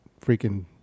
freaking